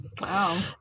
Wow